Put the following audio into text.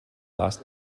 last